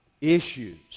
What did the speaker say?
issues